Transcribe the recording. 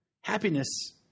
happiness